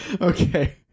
Okay